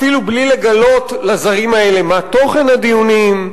אפילו בלי לגלות לזרים האלה מה תוכן הדיונים,